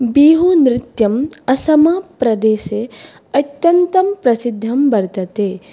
बिहूनृत्यम् असमप्रदेशे अत्यन्तं प्रसिद्धं वर्तते